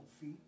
feet